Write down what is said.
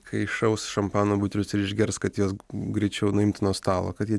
kai iššaus šampano butelius ir išgers kad juos greičiau nuimtų nuo stalo kad jie